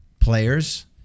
players